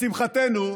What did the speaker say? לשמחתנו,